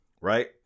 Right